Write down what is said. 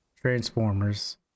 Transformers